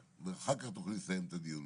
לקבל אותה לאחר שאנחנו כביכול בסוף הגל.